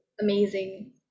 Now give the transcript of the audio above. amazing